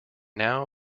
now